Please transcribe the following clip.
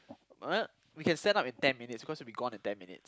what we can stand up in ten minutes because we'll be gone in ten minute